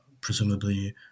presumably